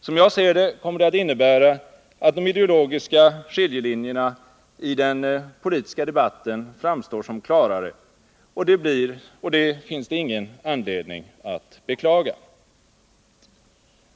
Som jag ser det kommer det att innebära att de ideologiska skiljelinjerna i den politiska debatten framstår som klarare, och det finns det ingen anledning att beklaga.